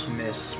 miss